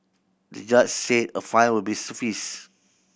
the judge said a fine will suffice